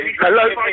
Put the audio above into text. Hello